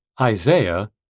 Isaiah